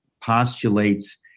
postulates